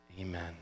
amen